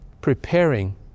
preparing